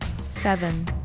Seven